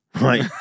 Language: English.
Right